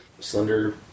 Slender